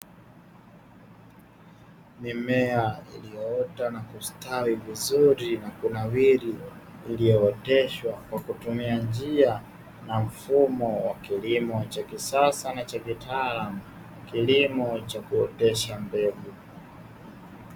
Mimea iliyoota na kustawi vizuri na kunawiri, iliyooteshwa kwa kutumia njia na mfumo wa kilimo cha kisasa na cha kitaalamu, kilimo cha kuotesha mbegu.